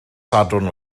sadwrn